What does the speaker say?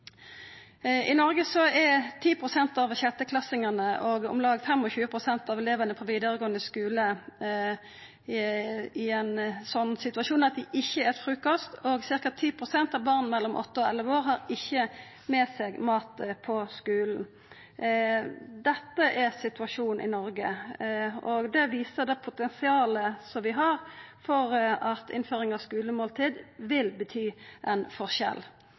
I Noreg er 10 pst. av 6.-klassingane og om lag 25 pst. av elevane på vidaregåande skule i ein slik situasjon at dei ikkje et frukost, og ca. 10 pst. av barn mellom åtte og elleve år har ikkje med seg mat på skulen. Dette er situasjonen i Noreg, og det viser det potensialet vi har for at innføring av skulemåltid vil bety ein forskjell.